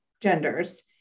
genders